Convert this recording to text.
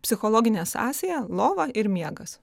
psichologinė sąsaja lova ir miegas